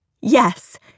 Yes